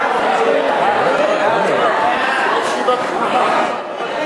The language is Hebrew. ההצעה להעביר את הצעת חוק הפרשנות (תיקון,